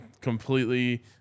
completely